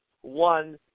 one